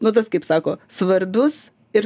nu tas kaip sako svarbius ir